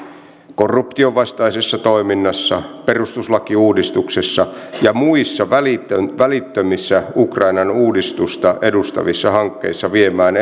korruptionvastaisessa toiminnassa perustuslakiuudistuksessa ja muissa välittömissä välittömissä ukrainan uudistusta edustavissa hankkeissa viemään